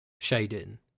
shading